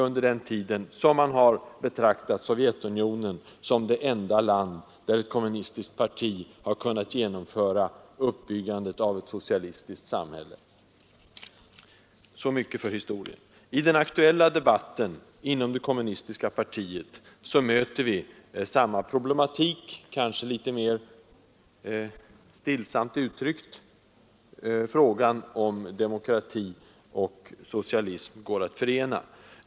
Enligt deras uttalanden är Sovjetunionen det enda land, där ett kommunistiskt parti har kunnat genomföra uppbyggandet av ett socialistiskt samhälle. Så mycket för historien. I den aktuella debatten inom det kommunistiska partiet möter vi samma problematik, kanske litet mer stillsamt uttryckt: frågan om demokrati och socialism går att förena.